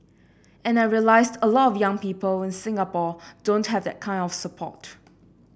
and I realised a lot of young people in Singapore don't have that kind of support